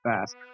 fast